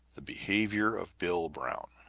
the behavior of bill brown,